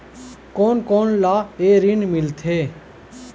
कोन कोन ला ये ऋण मिलथे?